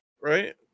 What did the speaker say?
Right